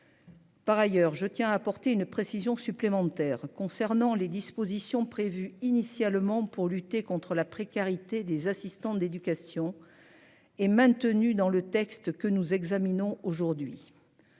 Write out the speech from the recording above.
Par ailleurs, je tiens à apporter une précision supplémentaire. Concernant les dispositions prévues initialement pour lutter contre la précarité des assistants d'éducation. Est maintenu dans le texte que nous examinons aujourd'hui.